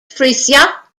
frisia